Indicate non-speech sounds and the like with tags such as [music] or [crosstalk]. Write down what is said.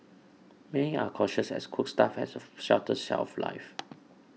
many are cautious as cooked stuff has a [noise] shorter shelf life